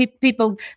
People